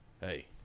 hey